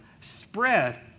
spread